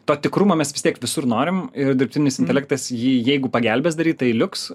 to tikrumo mes vis tiek visur norim ir dirbtinis intelektas jį jeigu pagelbės daryt tai liuks